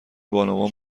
بانوان